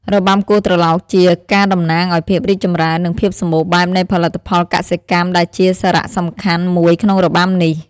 របាំគោះត្រឡោកជាការតំណាងឱ្យភាពរីកចម្រើន និងភាពសម្បូរបែបនៃផលិតផលកសិកម្មដែលជាសារសំខាន់មួយក្នុងរបាំនេះ។